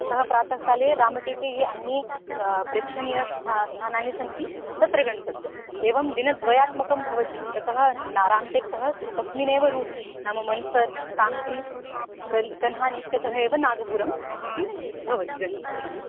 ततः प्रातःकाले रामटेके यानि अन्यानि प्रेक्षणीयस्थानि स्थानानि सन्ति तत्र गन्तव्यम् एवं दिनद्वयात्मकं भवति ततः न राम्टेक् तः तस्मिन्नेव रूट् नाम मन्सर् काम्ठि कल् कन्हान् इत्यतः एव नाग्पुरं प्रति भवति गन् गमनम्